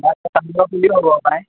পুলিও হ'ব পাৰে